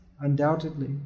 undoubtedly